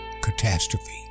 catastrophe